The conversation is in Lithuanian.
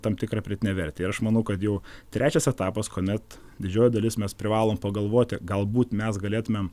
tam tikrą pridėtinę vertę ir aš manau kad jau trečias etapas kuomet didžioji dalis mes privalom pagalvoti galbūt mes galėtumėm